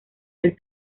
del